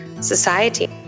society